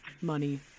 Money